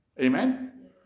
Amen